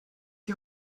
die